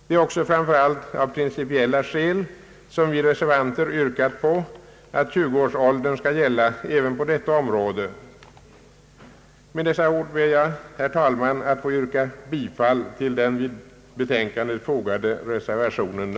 Det är också framför allt av principiella skäl som vi reservanter yrkar på att 20-årsåldern skall gälla även på detta område. Med det anförda ber jag, herr talman, att få yrka bifall till den av mig m.fl. vid utlåtandet fogade reservationen.